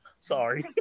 sorry